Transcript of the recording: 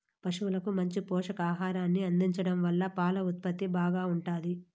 పసువులకు మంచి పోషకాహారాన్ని అందించడం వల్ల పాల ఉత్పత్తి బాగా ఉంటాది